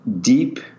deep